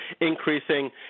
increasing